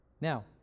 Now